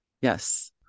Yes